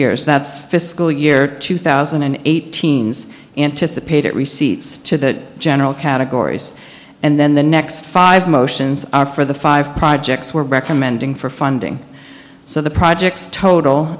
year's that's fiscal year two thousand and eight teams anticipate receipts to that general categories and then the next five motions are for the five projects we're recommending for funding so the projects total